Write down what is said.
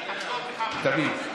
לך שמיעה סלקטיבית, ותחזור בך, תמיד.